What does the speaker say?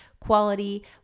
quality